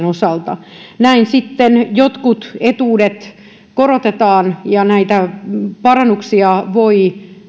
osalta näin sitten jotkut etuudet korotetaan ja näitä parannuksia voi